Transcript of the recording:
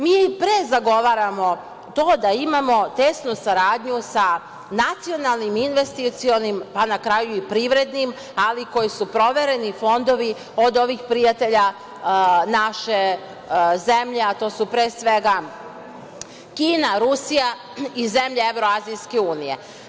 Mi pre zagovaramo to da imamo tesnu saradnju sa nacionalnim investicionim, pa na kraju i privrednim, ali koji su provereni fondovi, od ovih prijatelja naše zemlje, a to su pre svega Kina, Rusija i zemlje Evroazijske unije.